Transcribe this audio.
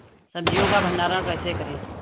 सब्जियों का भंडारण कैसे करें?